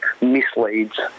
misleads